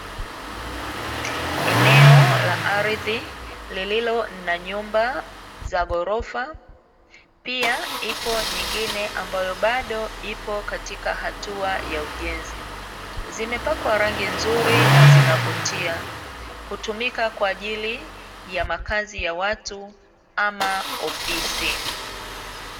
Eneo la ardhi lililo na nyumba za gorofa, pia ipo nyingine ambayo ipo katika hatua za ujenzi, zimepakwa rangi nzuri na zinavutia hutumika kwa ajili ya makazi ya watu ama ofisi.